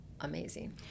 amazing